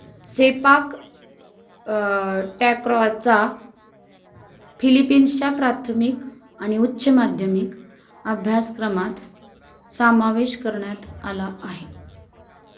सेपाक टॅक्रॉचा फिलिपीन्सच्या प्राथमिक आणि उच्च माध्यमिक अभ्यासक्रमात समावेश करण्यात आला आहे